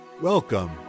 Welcome